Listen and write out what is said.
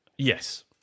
Yes